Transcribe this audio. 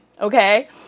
Okay